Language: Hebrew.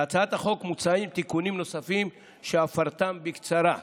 בהצעת החוק מוצעים תיקונים שהפרתם בקצרה,